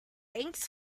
thanks